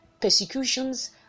persecutions